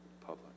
public